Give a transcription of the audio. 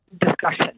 discussion